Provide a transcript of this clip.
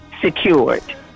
secured